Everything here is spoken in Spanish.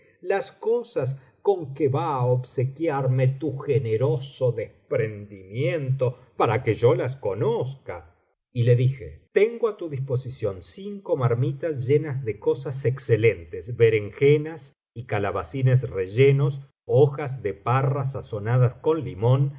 las cosas con que va á obsequiarme tu generoso desprendimiento para que yo las conozca y le dije tengo á tu disposición cinco marmitas llenas de cosas excelentes berenjenas y calabacines rellenos hojas de parra sazonadas con limón